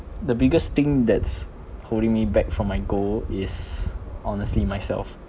the biggest thing that's holding me back from my goal is honestly myself